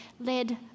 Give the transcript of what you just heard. led